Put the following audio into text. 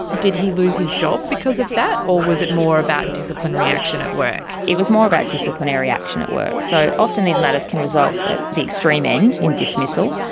did he lose his job because of that, or was it more about disciplinary action at work? it was more about disciplinary action at work. so often these matters can result, at the extreme end, in dismissal,